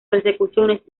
persecuciones